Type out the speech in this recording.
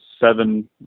seven